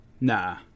Nah